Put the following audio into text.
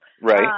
Right